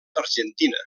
argentina